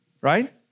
Right